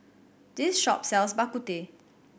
this shop sells Bak Kut Teh